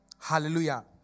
Hallelujah